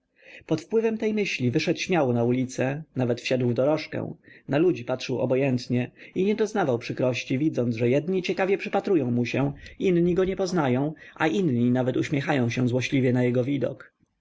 pod wpływem tej myśli wyszedł śmiało na ulicę nawet wsiadł w dorożkę na ludzi patrzył obojętnie i nie doznawał przykrości widząc że jedni ciekawie przypatrują mu się inni go nie poznają a inni nawet uśmiechają się złośliwie na jego widok